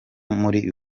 muri